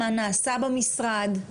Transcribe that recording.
מה נעשה במשרד?